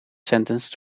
sentenced